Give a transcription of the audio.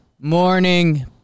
morning